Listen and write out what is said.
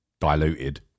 diluted